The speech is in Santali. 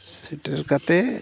ᱥᱮᱴᱮᱨ ᱠᱟᱛᱮᱫ